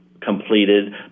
completed